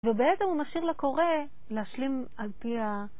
ובעצם הוא משאיר לקורא להשלים על פי ה...